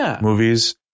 movies